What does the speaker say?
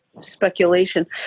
speculation